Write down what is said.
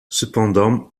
cependant